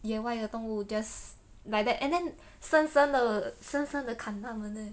野外的动物 just like that and then 生生的生生的砍他们 leh